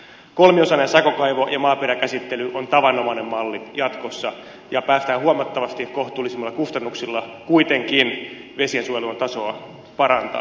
kolmiosainen sakokaivo ja maaperäkäsittely on tavanomainen malli jatkossa ja päästään huomattavasti kohtuullisemmilla kustannuksilla kuitenkin vesiensuojelun tasoa parantaen